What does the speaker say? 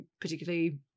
particularly